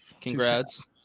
Congrats